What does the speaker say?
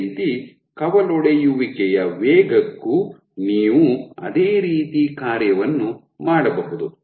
ಅದೇ ರೀತಿ ಕವಲೊಡೆಯುವಿಕೆಯ ವೇಗಕ್ಕೂ ನೀವು ಅದೇ ರೀತಿ ಕಾರ್ಯವನ್ನು ಮಾಡಬಹುದು